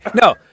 No